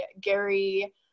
Gary